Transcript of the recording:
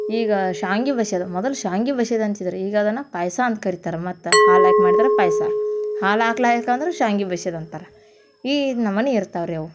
ಈಗ ಶಾವ್ಗೆ ಬಸ್ಯೋದು ಮೊದಲು ಶಾವ್ಗೆ ಬಸ್ಯೋದ್ ಅಂತಿದ್ದು ರೀ ಈಗ ಅದನ್ನು ಪಾಯಸ ಅಂತ ಕರಿತಾರೆ ಮತ್ತು ಹಾಲು ಹಾಕಿ ಮಾಡಿದ್ರೆ ಪಾಯಸ ಹಾಲು ಹಾಕ್ಲಾಯ್ಕ್ ಅಂದ್ರೆ ಶಾವ್ಗೆ ಬಸ್ಯೋದ್ ಅಂತಾರೆ ಇದು ನಮೂನಿ ಇರ್ತವೆ ರೀ ಅವು